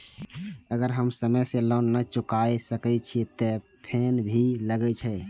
अगर हम समय से लोन ना चुकाए सकलिए ते फैन भी लगे छै?